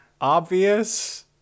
obvious